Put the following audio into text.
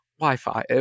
Wi-Fi